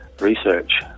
research